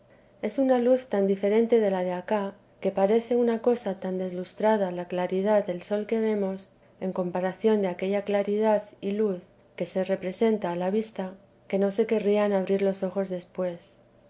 es una luz tan diferente de la de acá que parece una cosa tan deslustrada la claridad del sol que vemos en comparación de aquella claridad y luz que se representa a la vista que no se querrían abrir los ojos después